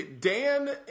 Dan